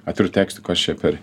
atviru tekstu kas čia per